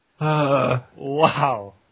Wow